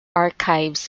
archives